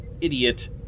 Idiot